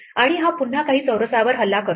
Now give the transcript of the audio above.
आणि हा पुन्हा काही चौरसवर हल्ला करतो